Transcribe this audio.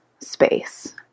space